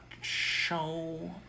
show